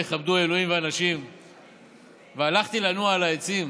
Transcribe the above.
יכבדו אלהים ואנשים והלכתי לנוע על העצים.